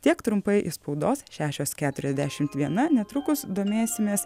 tiek trumpai iš spaudos šešios keturiasdešimt viena netrukus domėsimės